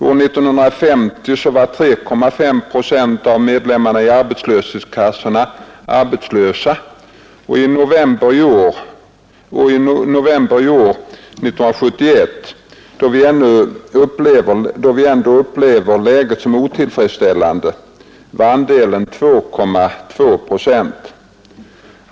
År 1950 var 3,5 procent av medlemmarna i arbetslöshetskassorna arbetslösa och i november år 1971, då vi ändå upplever läget som otillfredsställande, var andelen 2,2 procent.